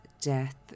death